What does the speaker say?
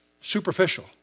superficial